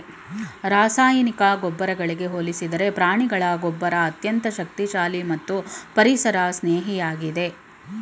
ರಾಸಾಯನಿಕ ಗೊಬ್ಬರಗಳಿಗೆ ಹೋಲಿಸಿದರೆ ಪ್ರಾಣಿಗಳ ಗೊಬ್ಬರ ಅತ್ಯಂತ ಶಕ್ತಿಶಾಲಿ ಮತ್ತು ಪರಿಸರ ಸ್ನೇಹಿಯಾಗಿದೆ